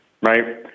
right